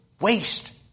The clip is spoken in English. waste